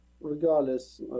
regardless